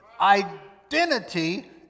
Identity